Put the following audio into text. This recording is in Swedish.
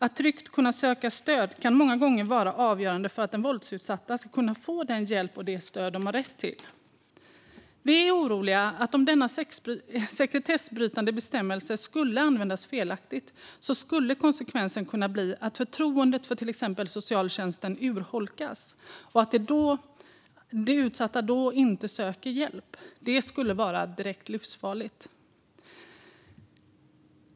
Att tryggt kunna söka stöd kan många gånger vara avgörande för att den våldsutsatta ska kunna få den hjälp och det stöd man har rätt till. Vi är oroliga för att konsekvensen skulle kunna bli att förtroendet för till exempel socialtjänsten urholkas och att de utsatta inte söker hjälp om denna sekretessbrytande bestämmelse används felaktigt. Det skulle vara direkt livsfarligt.